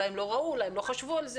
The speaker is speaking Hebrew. אולי הם לא ראו את זה,